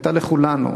הייתה לכולנו,